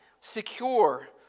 secure